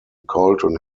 colton